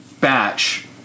batch